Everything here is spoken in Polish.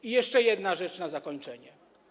I jeszcze jedna rzecz na zakończenie.